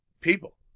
people